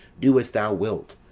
do as thou wilt,